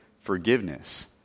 forgiveness